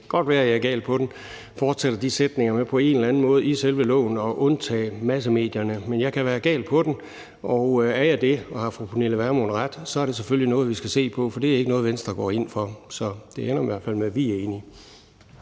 det kan godt være, at jeg er gal på den – med på en eller anden måde i selve lovforslaget at undtage massemedierne. Men jeg kan være gal på den, og er jeg det og har fru Pernille Vermund ret, er det selvfølgelig noget, vi skal se på, for det er ikke noget, Venstre går ind for. Så det ender i hvert fald med, at vi er enige.